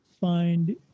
find